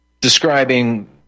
describing